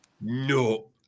No